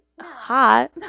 hot